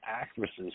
actresses